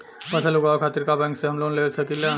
फसल उगावे खतिर का बैंक से हम लोन ले सकीला?